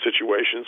situations